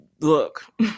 Look